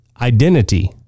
identity